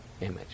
image